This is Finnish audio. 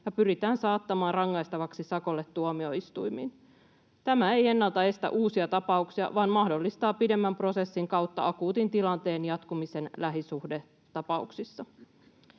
ja pyritään saattamaan rangaistavaksi sakolle tuomioistuimiin. Tämä ei ennaltaestä uusia tapauksia vaan mahdollistaa pidemmän prosessin kautta akuutin tilanteen jatkumisen lähisuhdetapauksissa.